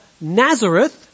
Nazareth